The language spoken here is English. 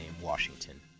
Washington